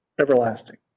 everlasting